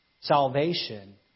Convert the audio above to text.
Salvation